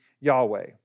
Yahweh